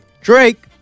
Drake